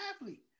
athlete